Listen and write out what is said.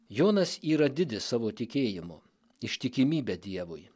jonas yra didis savo tikėjimu ištikimybe dievui